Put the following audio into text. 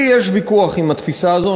לי יש ויכוח עם התפיסה הזאת,